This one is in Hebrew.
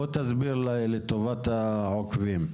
בוא תסביר לטובת העוקבים.